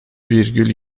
virgül